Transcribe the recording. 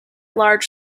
large